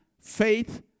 Faith